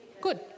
Good